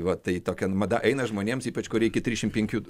va tai tokia mada eina žmonėms ypač kur reikia trisdešim penkių